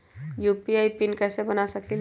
UPI के PIN कैसे बना सकीले?